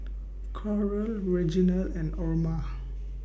Coral Reginal and Orma